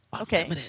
Okay